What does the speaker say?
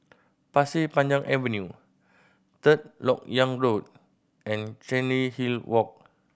Pasir Panjang Avenue Third Lok Yang Road and Chancery Hill Walk